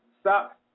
Stop